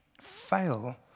fail